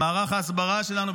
במערך ההסברה שלנו,